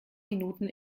minuten